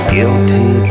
Guilty